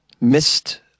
missed